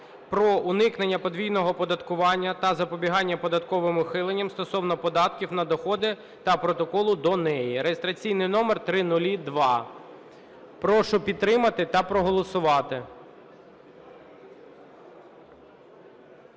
про уникнення подвійного оподаткування та запобігання податковим ухиленням стосовно податків на доходи та Протоколу до неї (реєстраційний номер 0002). Прошу підтримати та проголосувати.